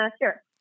sure